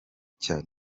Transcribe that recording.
cya